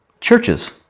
churches